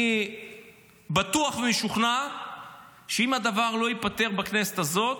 אני בטוח ומשוכנע שאם הדבר לא ייפתר בכנסת הזאת,